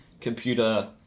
computer